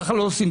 ככה לא עושים.